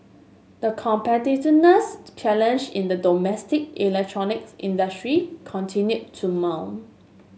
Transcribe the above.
the competitiveness challenge in the domestic electronics industry continue to mount